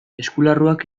eskularruak